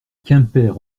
quimper